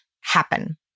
happen